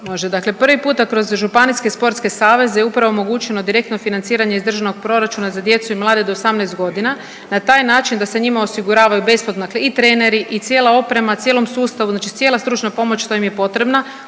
Može dakle prvi puta kroz županijske sportske saveze je upravo omogućeno direktno financiranje iz državnog proračuna za djecu i mlade do 18 godina na taj način da se njima osiguravaju besplatni i treneri i cijela oprema, cijelom sustavu, znači cijela stručna pomoć što im je potrebna